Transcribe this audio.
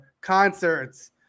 concerts